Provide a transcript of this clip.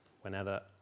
whenever